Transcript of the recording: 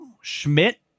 Schmidt